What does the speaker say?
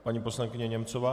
Paní poslankyně Němcová.